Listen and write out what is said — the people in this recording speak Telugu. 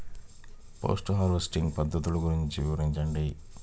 పోస్ట్ హార్వెస్టింగ్ పద్ధతులు గురించి వివరించండి?